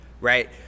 right